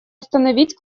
установить